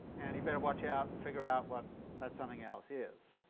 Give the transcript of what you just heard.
and you better watch out and figure out what that something else is.